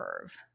curve